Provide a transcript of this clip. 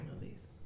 movies